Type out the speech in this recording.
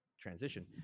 transition